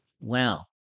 wow